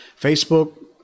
Facebook